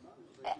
הדס.